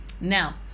Now